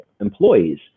employees